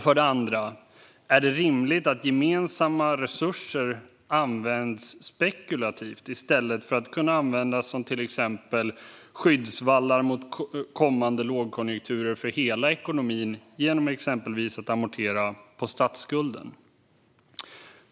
För det andra: Är det rimligt att gemensamma resurser används spekulativt i stället för att användas som till exempel skyddsvallar mot kommande lågkonjunkturer för hela ekonomin genom att man exempelvis amorterar på statsskulden?